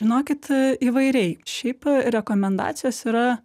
žinokit a įvairiai šiaip rekomendacijos yra